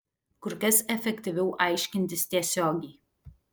kur kas efektyviau aiškintis tiesiogiai